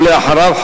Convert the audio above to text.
ולאחריו,